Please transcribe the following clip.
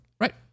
Right